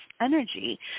energy